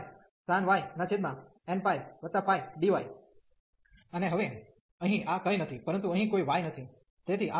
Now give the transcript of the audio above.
n00sin y nπydyn00sin y nππdy અને હવે અહીં આ કંઈ નથી પરંતુ અહીં કોઈ y નથી